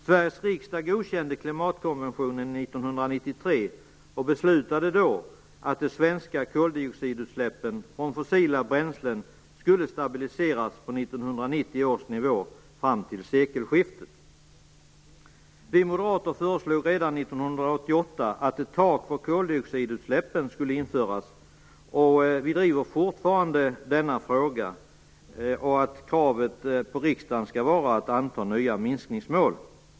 Sveriges riksdag godkände klimatkonventionen 1993 och beslutade då att de svenska koldioxidutsläppen från fossila bränslen skulle stabiliseras på 1990 års nivå fram till sekelskiftet. Vi moderater föreslog redan 1988 att ett tak för koldioxidutsläppen skulle införas. Vi driver fortfarande denna fråga och att kravet på riksdagen skall vara att anta nya minskningsmål.